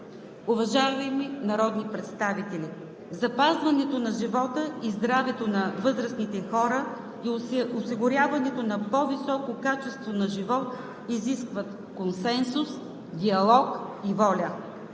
Уважаеми народни представители, запазването на живота и здравето на възрастните хора при осигуряването на по-високо качество на живот изискват консенсус, диалог и воля,